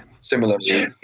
Similarly